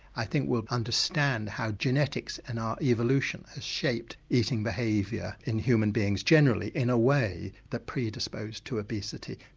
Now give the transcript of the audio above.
i think we'll understand how genetics and our evolution has shaped eating behaviour in human beings generally in a way that predisposed to obesity.